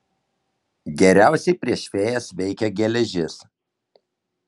geriausiai prieš fėjas veikia geležis